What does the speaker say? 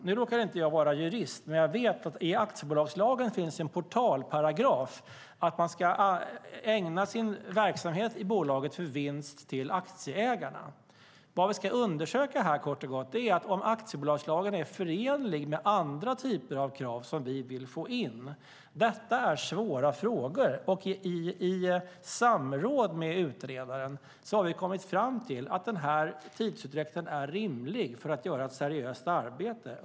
Nu är jag inte jurist, men jag vet att det i aktiebolagslagen finns en portalparagraf om att bolagets verksamhet ska ägnas åt att ge vinst till aktieägarna. Vad vi här ska undersöka är om aktiebolagslagen är förenlig med andra typer av krav som vi vill få in. Detta är svåra frågor. I samråd med utredaren har vi kommit fram till att tidsutdräkten är rimlig för att göra ett seriöst arbete.